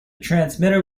transmitter